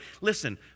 listen